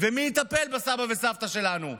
מי יטפל בסבא ובסבתא שלנו?